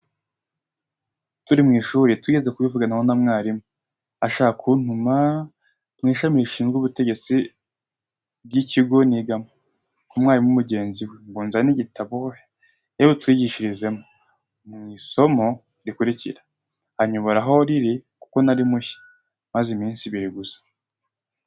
Turi mu ishuri, twigeze kubivuganaho na mwarimu, ashaka kuntuma mu ishami rishinzwe ubutegetsi ry'kigo nigamo, ku mwarimu mugenzi we, ngo nzane igitabo yari butwigishirizemo mu isomo rikurikira; anyobora aho riri kuko nari mushya, maze iminsi ibiri gusa.